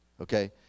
okay